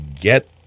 get